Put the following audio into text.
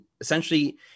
essentially